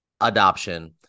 Adoption